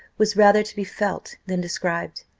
was rather to be felt than described.